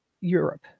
Europe